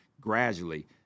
gradually